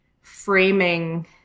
framing